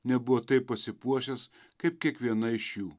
nebuvo taip pasipuošęs kaip kiekviena iš jų